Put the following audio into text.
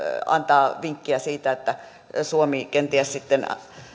antaa vinkkiä siitä että suomi kenties sitten